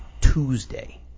Tuesday